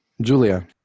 Julia